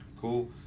cool